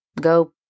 go